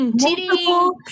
multiple